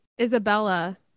Isabella